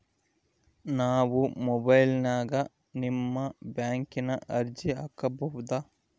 ನಾವು ಮೊಬೈಲಿನ್ಯಾಗ ನಿಮ್ಮ ಬ್ಯಾಂಕಿನ ಅರ್ಜಿ ಹಾಕೊಬಹುದಾ?